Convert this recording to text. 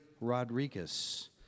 Rodriguez